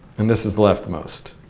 and this is leftmost.